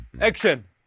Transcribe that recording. Action